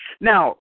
now